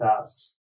tasks